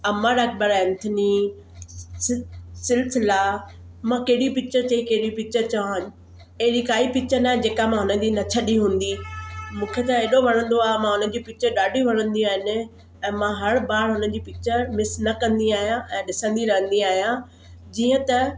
अमर अकबर ऐंथनी सिलसिला मां कहिड़ी पिक्चर चई कहिड़ी पिक्चर चवां अहिड़ी काई पिक्चर नाहे जेका मां हुन जी न छॾी हूंदी मूंखे त हेॾो वणंदो आहे मां उन जी पिक्चर ॾाढी वणंदी आहिनि ऐं मां हर बार हुन जी पिक्चर मिस न कंदी आहियां ऐं ॾिसंदी रहंदी आहियां जीअं त